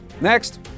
Next